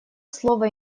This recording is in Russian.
слово